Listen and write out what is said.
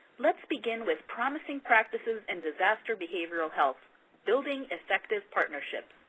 let's begin with promising practices in disaster behavioral health building effective partnerships.